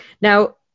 Now